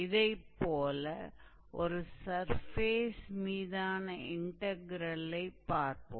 இதைப்போல ஒரு சர்ஃபேஸ் மீதான இன்டக்ரெலைப் பார்ப்போம்